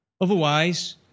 Otherwise